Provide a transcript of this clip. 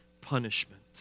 punishment